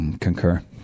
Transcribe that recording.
concur